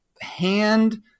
hand